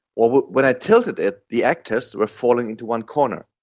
or when i tilted it the actors were falling into one corner.